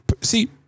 See